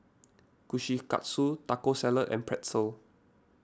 Kushikatsu Taco Salad and Pretzel